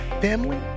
family